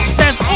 says